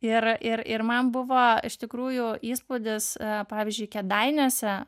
ir ir man buvo iš tikrųjų įspūdis pavyzdžiui kėdainiuose